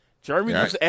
Jeremy